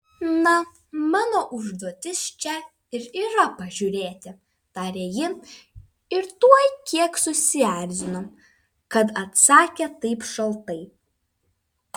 na mano užduotis čia ir yra pažiūrėti tarė ji ir tuoj kiek susierzino kad atsakė taip šaltai